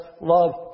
love